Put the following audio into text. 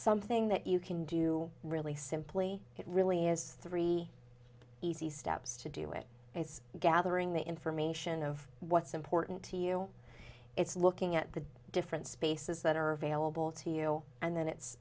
something that you can do you really simply it really is three easy steps to do it it's gathering the information of what's important to you it's looking at the different spaces that are available to you and then it's